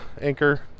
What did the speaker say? anchor